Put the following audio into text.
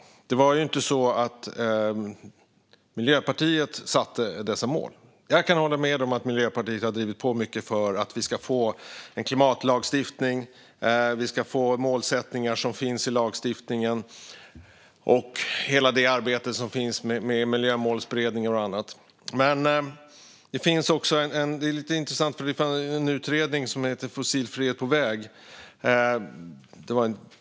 Det är ju inte så att det var Miljöpartiet som satte dessa mål. Jag kan hålla med om att Miljöpartiet har drivit på mycket för att vi ska få en klimatlagstiftning och målsättningar i denna lagstiftning, liksom i hela det arbete som finns med Miljömålsberedningen och annat. Men det som är lite intressant är att det finns en utredning som heter Fossilfrihet på väg .